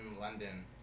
London